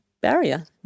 barrier